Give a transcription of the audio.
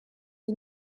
iyi